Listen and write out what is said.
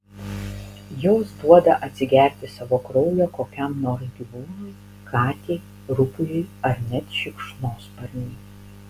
jos duoda atsigerti savo kraujo kokiam nors gyvūnui katei rupūžei ar net šikšnosparniui